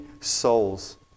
souls